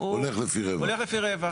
הולך לפי רווח.